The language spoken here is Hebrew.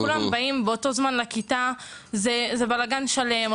כולם הולכים עם התוצאות ביד לכיתה וזה בלגן שלם.